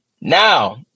Now